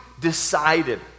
decided